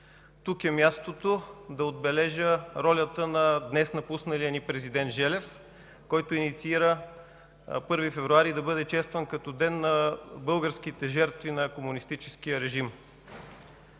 Тук е мястото да отбележа ролята на днес напусналия ни президент Желев, който инициира 1 февруари да бъде честван като Ден на българските жертви на комунистическия режим.